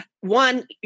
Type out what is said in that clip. One